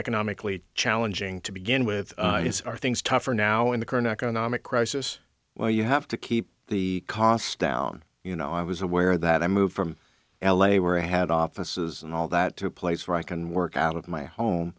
economically challenging to begin with it's are things tougher now in the current economic crisis where you have to keep the costs down you know i was aware that i moved from l a where i had offices and all that to a place where i can work out of my home